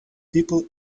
people